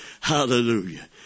Hallelujah